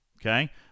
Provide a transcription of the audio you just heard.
okay